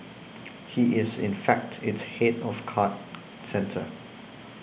he is in fact its head of card centre